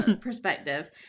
perspective